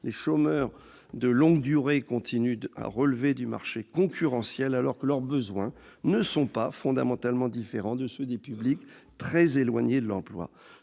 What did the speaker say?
les chômeurs de longue durée continuant à relever du marché concurrentiel, alors que leurs besoins ne sont pas fondamentalement différents de ceux des publics très éloignés de l'emploi.